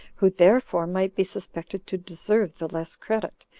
who therefore might be suspected to deserve the less credit,